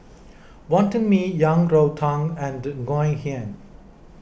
Wonton Mee Yang Rou Tang and Ngoh Hiang